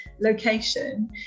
location